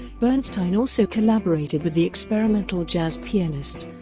bernstein also collaborated with the experimental jazz pianist